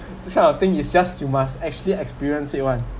this kind of thing is just you must actually experience it one